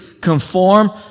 conform